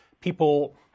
people